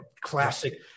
classic